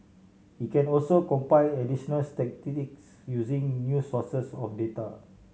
it can also compile additional statistics using new sources of data